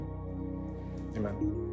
amen